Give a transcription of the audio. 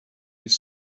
its